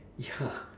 ya